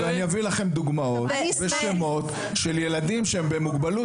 ואני אביא לכם דוגמאות ושמות של ילדים שהם במוגבלות